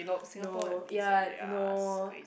no ya no